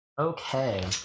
Okay